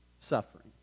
suffering